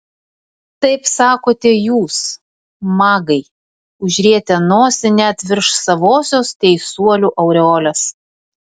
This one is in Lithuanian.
taip sakote jūs magai užrietę nosį net virš savosios teisuolių aureolės